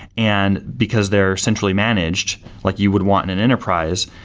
and because they're centrally managed like you would want in an enterprise,